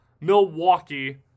Milwaukee